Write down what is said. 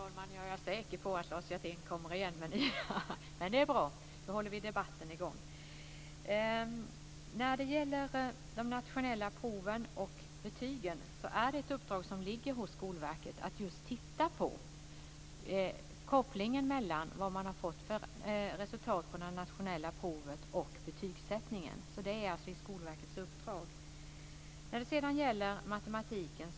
Fru talman! Jag är säker på att Lars Hjertén kommer igen med nya frågor. Men det är bra; då håller vi debatten i gång. När det gäller de nationella proven och betygen ligger det ett uppdrag hos Skolverket att just titta på kopplingen mellan vad man har fått för resultat på de nationella proven och betygssättningen. Detta ligger alltså i Skolverkets uppdrag. Ulla-Britt Hagström var inne på matematiken.